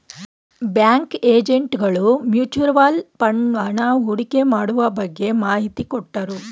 bank agent ಗಳು mutual fund ಹಣ ಹೂಡಿಕೆ ಮಾಡುವ ಬಗ್ಗೆ ಮಾಹಿತಿ ಕೊಟ್ಟರು